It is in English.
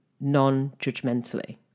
non-judgmentally